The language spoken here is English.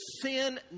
sin